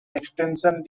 extension